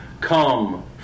Come